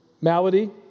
malady